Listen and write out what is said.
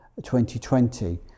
2020